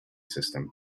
system